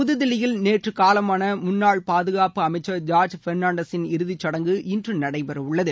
புதுதில்லியில் நேற்று காலமான முன்னாள் பாதுகாப்பு அமைச்சர் ஜார்ஜ் பெர்ணான்டசின் இறுதி சடங்கு இன்று நடைபெறவுள்ளது